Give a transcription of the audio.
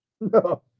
No